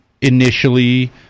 initially